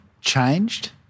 changed